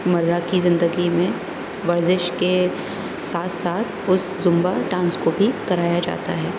مرہ کی زندگی میں ورزش کے ساتھ ساتھ اس زمبہ ڈانس کو بھی کرایا جاتا ہے